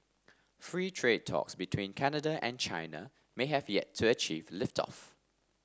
free trade talks between Canada and China may have yet to achieve lift off